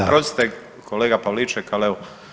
Oprostite kolega Pavliček, al evo.